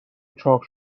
چاق